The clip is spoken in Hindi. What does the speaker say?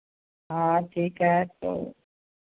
हाँ ठीक है तो